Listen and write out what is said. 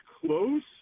close